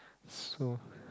so